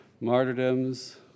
martyrdoms